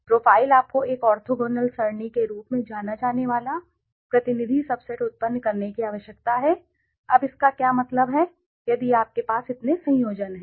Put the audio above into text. profile आपको एक orthogonal सरणी के रूप में जाना जाने वाला प्रतिनिधि सबसेट उत्पन्न करने की आवश्यकता है अब इसका क्या मतलब है यदि आपके पास इतने संयोजन हैं